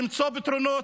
למצוא פתרונות.